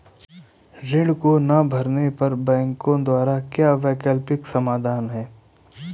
ऋण को ना भरने पर बैंकों द्वारा क्या वैकल्पिक समाधान हैं?